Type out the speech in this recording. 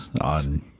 on